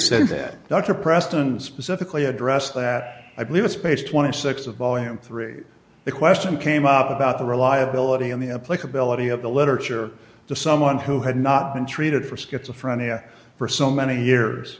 said that dr preston specifically addressed that i believe in space twenty six of volume three the question came up about the reliability and the applicability of the literature to someone who had not been treated for schizophrenia for so many years